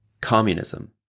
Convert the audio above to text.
Communism